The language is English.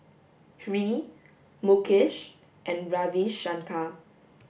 Hri Mukesh and Ravi Shankar